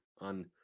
on